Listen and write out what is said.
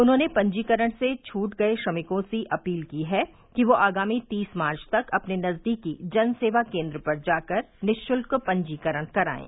उन्होंने पजीकरण से छूट गये श्रमिकों से अपील की है कि वे आगामी तीस मार्च तक अपने नजदीकी जन सेवा केन्द्र पर जाकर निःशुल्क पंजीकरण करायें